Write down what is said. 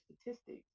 statistics